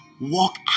walk